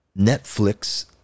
Netflix